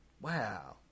Wow